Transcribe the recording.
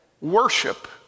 worship